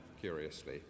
curiously